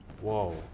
Whoa